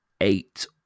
eight